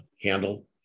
handle